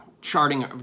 Charting